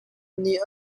nih